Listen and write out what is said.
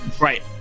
Right